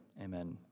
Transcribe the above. Amen